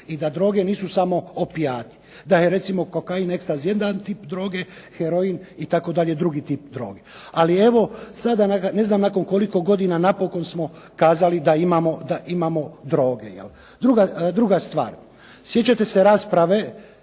i da droge nisu samo opijati. Da je recimo kokain ekstazi jedan tip droge, heroin itd. drugi tip droge. Ali evo sada ne znam nakon koliko godina napokon smo kazali da imamo droge. Druga stvar, sjećate se rasprave,